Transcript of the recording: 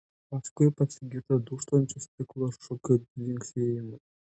paskui pasigirdo dūžtančio stiklo šukių dzingsėjimas